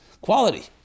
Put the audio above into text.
quality